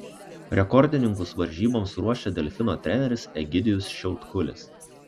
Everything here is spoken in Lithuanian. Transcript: rekordininkus varžyboms ruošia delfino treneris egidijus šiautkulis